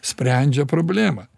sprendžia problemą